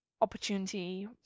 opportunity